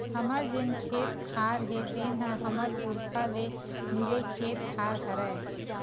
हमर जेन खेत खार हे तेन ह हमर पुरखा ले मिले खेत खार हरय